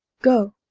goe,